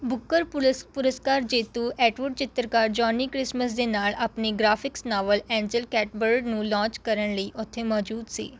ਬੁੱਕਰ ਪੁਲਸ ਪੁਰਸਕਾਰ ਜੇਤੂ ਅਟਵੁੱਡ ਚਿੱਤਰਕਾਰ ਜੌਨੀ ਕ੍ਰਿਸਮਸ ਦੇ ਨਾਲ ਆਪਣੇ ਗ੍ਰਾਫਿਕਸ ਨਾਵਲ ਐਂਜਲ ਕੈਟਬਰਡ ਨੂੰ ਲਾਂਚ ਕਰਨ ਲਈ ਉੱਥੇ ਮੌਜੂਦ ਸੀ